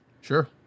sure